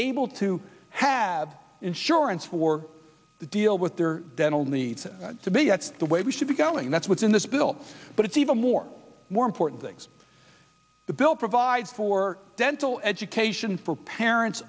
able to have insurance for to deal with their dental needs to be that's the way we should be going that's what's in this bill but it's even more important things the bill provides for dental education for parents